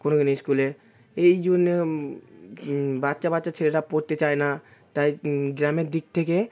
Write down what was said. কোনো কোনো স্কুলে এই জন্যে বাচ্চা বাচ্চা ছেলেরা পড়তে চায় না তাই গ্রামের দিক থেকে